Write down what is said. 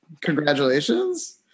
congratulations